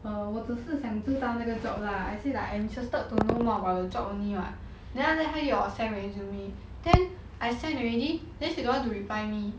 我只是想知道那个 job lah I say like I'm interested to know more about a job only [what] then after that 他又要我 send resume then I send already then she don't want to reply me